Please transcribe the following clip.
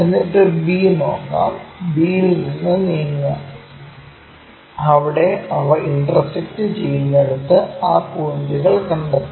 എന്നിട്ട് b നോക്കാം b ൽ നിന്ന് നീങ്ങുക അവിടെ അവ ഇന്റർസെക്ക്ട് ചെയ്യുന്നിടത്ത് ആ പോയിന്റുകൾ കണ്ടെത്തുക